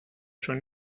schon